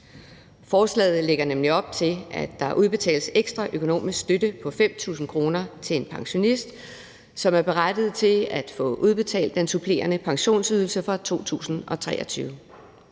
Forslaget lægger nemlig op til, at der udbetales ekstra økonomisk støtte på 5.000 kr. til en pensionist, som er berettiget til at få udbetalt den supplerende pensionsydelse for 2023.